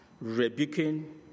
rebuking